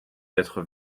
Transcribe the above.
d’être